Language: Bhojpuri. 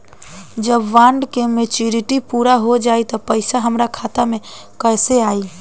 जब बॉन्ड के मेचूरिटि पूरा हो जायी त पईसा हमरा खाता मे कैसे आई?